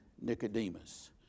Nicodemus